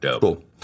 Cool